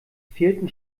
fehlten